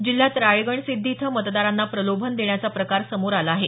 जिल्ह्यात राळेगण सिद्धी इथं मतदारांना प्रलोभन देण्याचा प्रकार समोर आला आहे